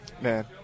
man